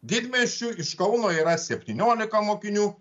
didmiesčių iš kauno yra septyniolika mokinių